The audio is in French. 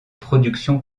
production